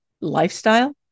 lifestyle